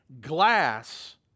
glass